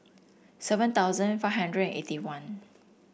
seven thousand five hundred eighty one